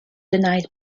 denied